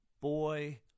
boy